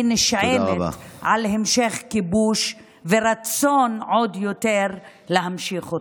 נשענת על המשך כיבוש ורצון להמשיך אותו.